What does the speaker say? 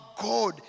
God